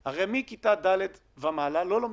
מכיתה ד' ומעלה לא לומדים.